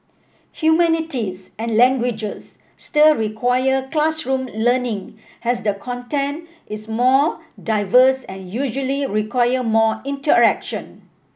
humanities and languages still require classroom learning as the content is more diverse and usually require more interaction